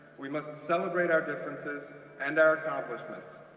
we must celebrate our differences and our accomplishments.